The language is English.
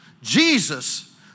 Jesus